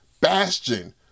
bastion